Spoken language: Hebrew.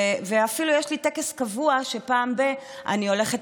ואפילו יש לי טקס קבוע שפעם ב- אני הולכת